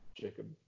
Jacob